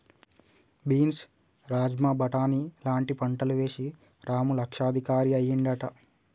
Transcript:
beans rajma బాటని లాంటి పంటలు వేశి రాము లక్షాధికారి అయ్యిండట